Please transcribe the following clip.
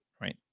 Right